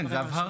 כן, זו הבהרה.